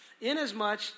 Inasmuch